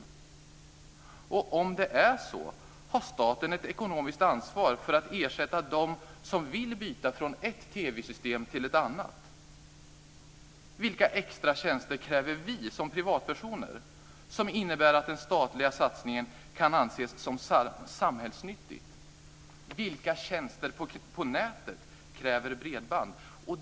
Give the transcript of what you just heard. Har staten, om det är så, ett ekonomiskt ansvar för att ersätta dem som vill byta från ett TV-system till ett annat? Vilka extra tjänster kräver vi som privatpersoner som innebär att den statliga satsningen kan anses som samhällsnyttig? Vilka tjänster på nätet kräver bredband?